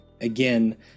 Again